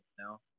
now